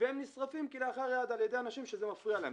והם נשרפים כלאחר יד על-ידי אנשים שזה מפריע להם,